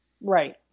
Right